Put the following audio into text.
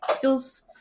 Feels